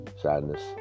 sadness